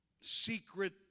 secret